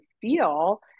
feel